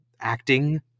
acting